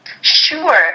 sure